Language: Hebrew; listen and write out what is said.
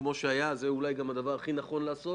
אולי זה גם הדבר הכי נכון לעשות,